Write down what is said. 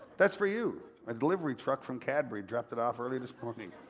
that's for you. a delivery truck from cadbury dropped it off early this morning.